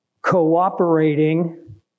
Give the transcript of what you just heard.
cooperating